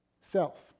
self